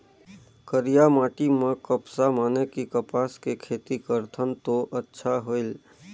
करिया माटी म कपसा माने कि कपास के खेती करथन तो अच्छा होयल?